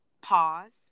pause